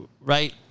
right